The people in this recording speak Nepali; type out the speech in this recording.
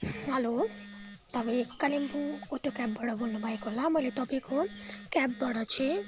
हेलो तपाईँ कालिम्पोङ उत्यो क्याबबाट बोल्नुभएको होला मैले तपाईँको क्याबबाट चाहिँ